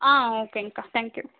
ஆ ஓகேங்க்கா thank you